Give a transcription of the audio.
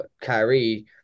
Kyrie